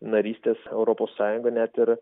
narystės europos sąjungoj net ir